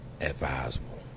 advisable